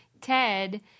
Ted